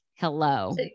hello